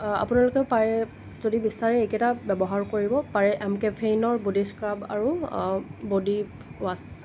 আপোনালোকে পাৰে যদি বিচাৰে এইকেইটা ব্যৱহাৰ কৰিব পাৰে এম কেফেইনৰ বডী স্ক্ৰাব আৰু বডী ৱাশ্ৱ